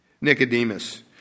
Nicodemus